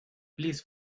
please